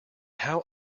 how